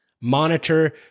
monitor